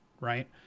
right